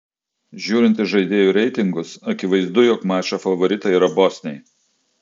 žiūrint į žaidėjų reitingus akivaizdu jog mačo favoritai yra bosniai